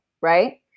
right